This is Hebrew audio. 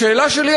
השאלה שלי,